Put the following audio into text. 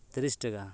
ᱛᱤᱨᱤᱥ ᱴᱟᱠᱟ